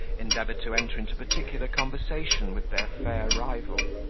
endeavoured to enter into particular conversation with their fair rival.